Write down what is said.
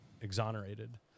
exonerated